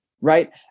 right